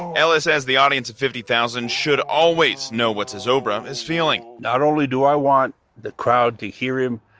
ellis says the audience of fifty thousand should always know what zozobra um is feeling not only do i want the crowd to hear him,